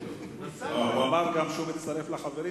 הוא אמר גם שהוא מצטרף לחברים,